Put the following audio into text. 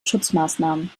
schutzmaßnahmen